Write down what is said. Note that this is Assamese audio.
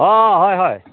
অঁ হয় হয়